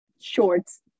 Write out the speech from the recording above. shorts